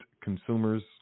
consumers